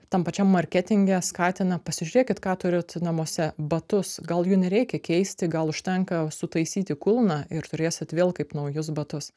tam pačiam marketinge skatina pasižiūrėkit ką turit namuose batus gal jų nereikia keisti gal užtenka sutaisyti kulną ir turėsit vėl kaip naujus batus